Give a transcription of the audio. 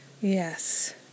yes